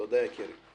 תודה, יקירי.